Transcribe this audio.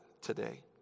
today